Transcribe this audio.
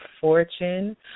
fortune